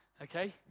Okay